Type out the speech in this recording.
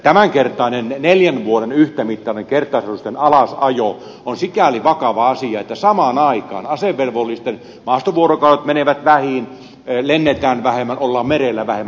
tämänkertainen neljän vuoden yhtämittainen kertausharjoitusten alasajo on sikäli vakava asia että samaan aikaan asevelvollisten maastovuorokaudet menevät vähiin lennetään vähemmän ollaan merellä vähemmän